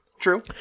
true